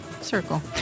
circle